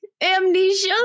Amnesia